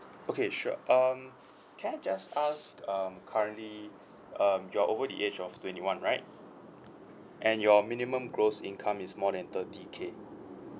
okay sure um can I just ask um currently um you are over the age of twenty one right and your minimum gross income is more than thirty K